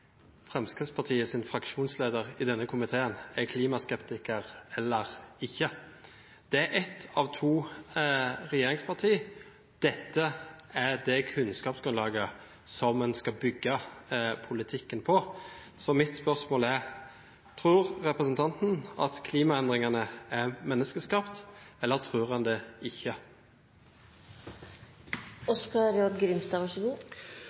fraksjonsleder i denne komiteen er klimaskeptiker eller ikke. Fremskrittspartiet er ett av to regjeringsparti. Dette er det kunnskapsgrunnlaget som en skal bygge politikken på. Mitt spørsmål er: Tror representanten at klimaendringene er menneskeskapt, eller tror han det ikke? Framstegspartiet hadde på sitt siste landsmøte ein god